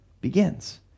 begins